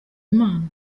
imana